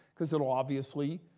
because it will obviously